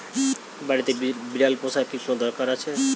বাড়িতে বিড়াল পোষার কি কোন দরকার আছে?